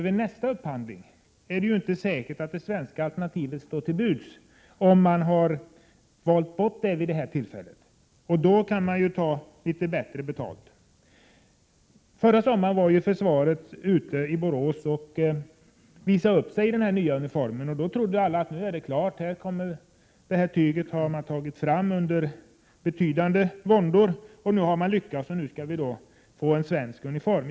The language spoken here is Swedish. Vid nästa upphandling är det inte säkert att det svenska alternativet står till buds, om man har valt bort det vid det första upphandlingstillfället. Då skulle man ju kunna ta litet bättre betalt. Förra sommaren var försvaret i Borås och visade upp sig i den nya uniformen. Då trodde alla att det var klart, att man hade tagit fram tyget till uniformerna under betydande våndor och att vi nu skulle få en svensk uniform.